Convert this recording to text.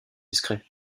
discret